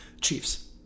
Chiefs